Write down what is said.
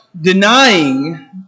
denying